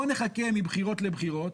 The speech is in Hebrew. בוא נחכה מבחירות לבחירות,